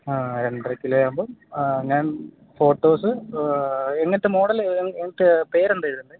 ആ രണ്ടര കിലോ ആകുമ്പം ഞാൻ ഫോട്ടോസ് എങ്ങനത്തെ മോഡൽ എങ്ങനത്തെ പേരെന്താണ് എഴുതേണ്ടത്